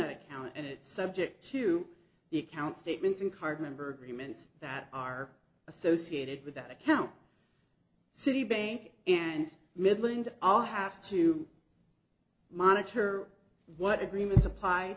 account and it's subject to the account statements and card member agreements that are associated with that account citibank and midland all have to monitor what agreements apply